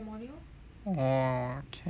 orh can